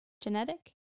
genetic